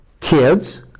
kids